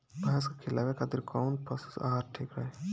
भैंस के खिलावे खातिर कोवन पशु आहार ठीक रही?